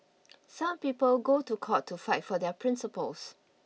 some people go to court to fight for their principles